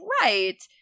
right